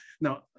Now